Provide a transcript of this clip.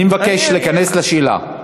אני מבקש להתכנס לשאלה.